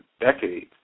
decades